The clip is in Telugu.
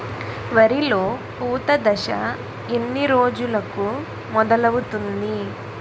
వరిలో పూత దశ ఎన్ని రోజులకు మొదలవుతుంది?